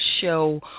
show